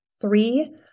three